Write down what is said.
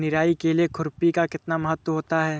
निराई के लिए खुरपी का कितना महत्व होता है?